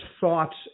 thoughts